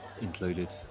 included